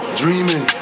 dreaming